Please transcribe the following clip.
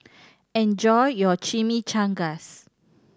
enjoy your Chimichangas